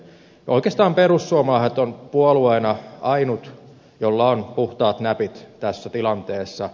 oikeastaan perussuomalaiset on puolueena ainut jolla on puhtaat näpit tässä tilanteessa